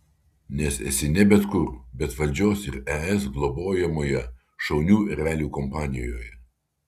nes esi ne bet kur bet valdžios ir es globojamoje šaunių erelių kompanijoje